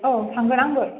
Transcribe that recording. औ थांगोन आंबो